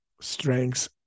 strengths